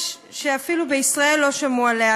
שאפילו בישראל לא שמעו עליה,